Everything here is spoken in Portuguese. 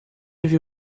viu